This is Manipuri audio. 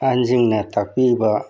ꯑꯍꯟꯁꯤꯡꯅ ꯇꯥꯛꯄꯤꯕ